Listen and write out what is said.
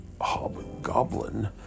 hobgoblin